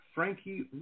Frankie